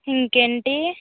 ఇంకేంటీ